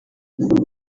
bige